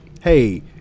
Hey